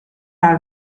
are